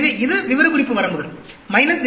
எனவே இது விவரக்குறிப்பு வரம்புகள் 0